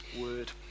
word